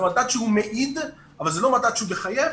זה מדד שהוא מעיד אבל הוא לא מדד שהוא מחייב.